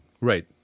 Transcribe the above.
Right